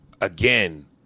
again